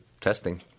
testing